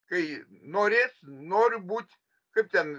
kai norės noriu būt kaip ten